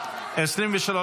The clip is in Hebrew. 1 2, כהצעת הוועדה, נתקבלו.